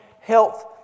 health